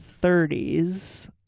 30s